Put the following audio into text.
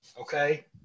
Okay